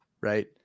right